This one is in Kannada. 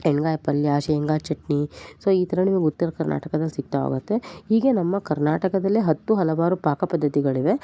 ಎಣ್ಗಾಯಿ ಪಲ್ಯ ಶೇಂಗಾ ಚಟ್ನಿ ಸೊ ಈ ಥರ ನಿಮ್ಗೆ ಉತ್ತರ ಕರ್ನಾಟಕದಲ್ಲಿ ಸಿಗ್ತಾ ಹೋಗತ್ತೆ ಹೀಗೆಯೇ ನಮ್ಮ ಕರ್ನಾಟಕದಲ್ಲೇ ಹತ್ತು ಹಲವಾರು ಪಾಕಪದ್ಧತಿಗಳಿವೆ